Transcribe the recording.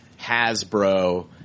Hasbro